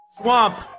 swamp